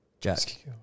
Jack